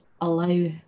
allow